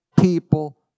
people